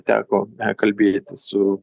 teko kalbėtis su